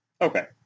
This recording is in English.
Okay